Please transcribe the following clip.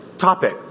topic